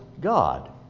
God